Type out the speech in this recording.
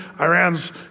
Iran's